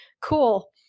cool